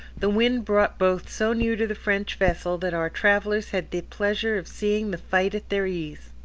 the wind brought both so near to the french vessel that our travellers had the pleasure of seeing the fight at their ease.